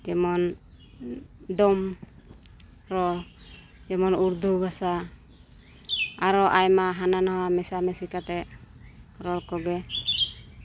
ᱡᱮᱢᱚᱱ ᱰᱚᱢ ᱨᱚᱲ ᱡᱮᱢᱚᱱ ᱩᱨᱫᱩ ᱵᱷᱟᱥᱟ ᱟᱨᱚ ᱟᱭᱢᱟ ᱦᱟᱱᱟ ᱱᱚᱣᱟ ᱢᱮᱥᱟ ᱢᱮᱥᱤ ᱠᱟᱛᱮᱫ ᱨᱚᱲ ᱠᱚᱜᱮ